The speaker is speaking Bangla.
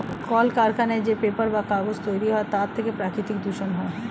কলকারখানায় যে পেপার বা কাগজ তৈরি হয় তার থেকে প্রাকৃতিক দূষণ হয়